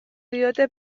diote